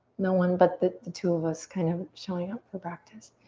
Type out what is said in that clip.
no one but the the two of us kind of showing up for practice.